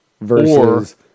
versus